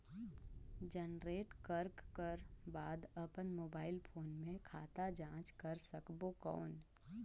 Generate करक कर बाद अपन मोबाइल फोन मे खाता जांच कर सकबो कौन?